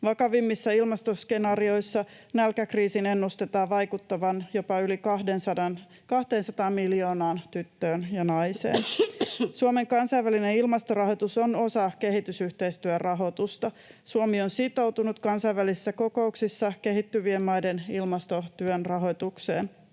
Vakavimmissa ilmastoskenaarioissa nälkäkriisin ennustetaan vaikuttavan jopa yli 200 miljoonaan tyttöön ja naiseen. Suomen kansainvälinen ilmastorahoitus on osa kehitysyhteistyörahoitusta. Suomi on sitoutunut kansainvälisissä kokouksissa kehittyvien maiden ilmastotyön rahoitukseen.